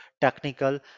technical